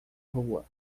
rua